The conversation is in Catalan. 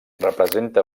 representa